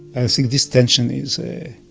and think this tension is a,